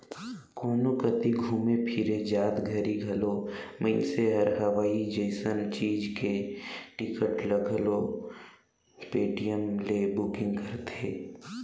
कोनो कति घुमे फिरे जात घरी घलो मइनसे हर हवाई जइसन चीच के टिकट ल घलो पटीएम ले बुकिग करथे